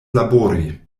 labori